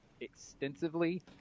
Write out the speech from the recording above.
extensively